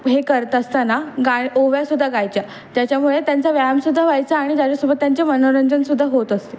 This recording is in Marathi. हे करत असताना गाय ओव्यासुद्दा गायच्या त्याच्यामुळे त्यांचा व्यायामसुद्धा व्हायचा आणि त्याच्यासोबत त्यांचे मनोरंजनसुद्धा होत असते